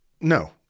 no